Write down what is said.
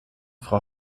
frau